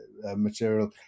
material